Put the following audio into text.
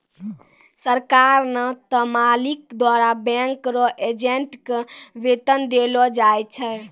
सरकार नै त मालिक द्वारा बैंक रो एजेंट के वेतन देलो जाय छै